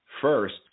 first